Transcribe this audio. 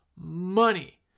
money